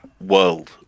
world